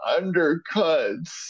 undercuts